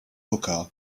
hookah